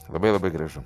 labai labai gražu